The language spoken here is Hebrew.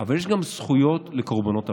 אבל יש גם זכויות לקורבנות עבירה.